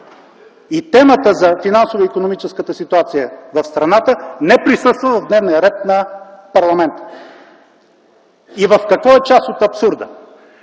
и темата за финансово-икономическата ситуация в страната не присъства в дневния ред на парламента. И в какво е част от абсурда?